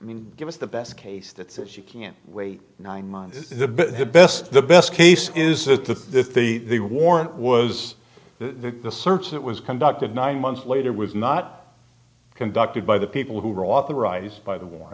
i mean give us the best case that says you can't wait nine months is the best the best case is the warrant was the search that was conducted nine months later was not conducted by the people who were authorized by the wa